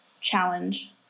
challenge